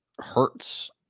hurts